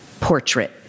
portrait